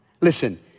listen